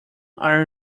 are